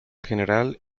general